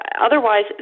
otherwise